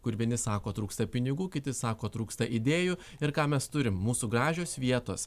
kur vieni sako trūksta pinigų kiti sako trūksta idėjų ir ką mes turim mūsų gražios vietos